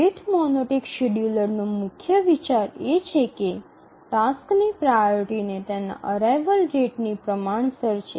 rate monotonic scheduler નો મુખ્ય વિચાર એ છે કે ટાસ્કની પ્રાઓરિટીને તેના અરાઇવલ રેટની પ્રમાણસર છે